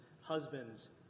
husbands